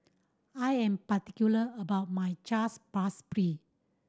I am particular about my Chaat Papri